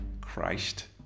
Christ